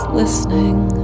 listening